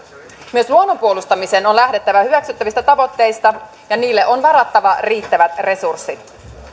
myös luonnon puolustamisen on lähdettävä hyväksyttävistä tavoitteista ja niille on varattava riittävät resurssit